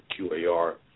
QAR